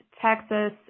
Texas